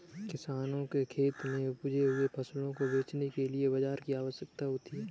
किसानों के खेत में उपजे हुए फसलों को बेचने के लिए बाजार की आवश्यकता होती है